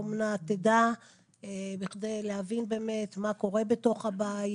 האומנה תדע בכדי להבין באמת מה קורה בתוך הבית.